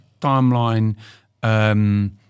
timeline